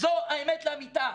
זאת האמת לאמיתה.